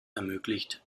ermöglicht